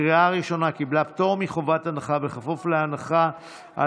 לוועדת העבודה והרווחה נתקבלה.